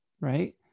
right